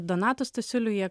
donatu stasiuliu jie